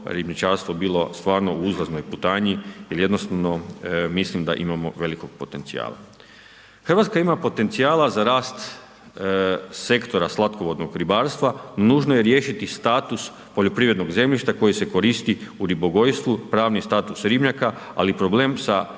ribničarstvo bilo stvarno u uzlaznoj putanji jer jednostavno mislim da imamo velikog potencijala. Hrvatska ima potencijala za rast stektora slatkovodnog ribarstva, nužno je riješiti status poljoprivrednog zemljišta koji se koristi u ribogojstvu, pravni status ribnjaka ali i problem sa